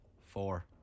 Four